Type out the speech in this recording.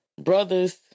Brothers